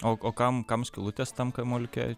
o o kam kam skylutės tam kamuoliuke